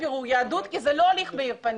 בירור יהדות כי זה לא תהליך מאיר פנים,